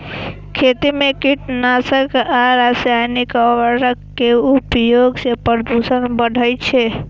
खेती मे कीटनाशक आ रासायनिक उर्वरक के उपयोग सं प्रदूषण बढ़ै छै